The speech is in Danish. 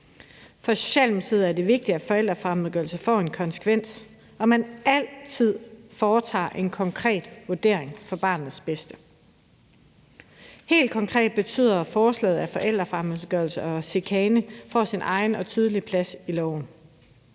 For Socialdemokratiet er det vigtigt, at forældrefremmedgørelse får en konsekvens, og at man altid foretager en konkret vurdering for barnets bedste. Helt konkret betyder forslaget, at forældrefremmedgørelse og chikane får sin egen og tydelige plads i loven,